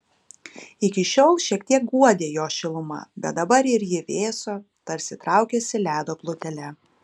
iki šiol šiek tiek guodė jo šiluma bet dabar ir ji vėso tarsi traukėsi ledo plutele